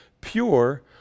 pure